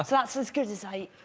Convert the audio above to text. that's as good as eight